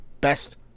best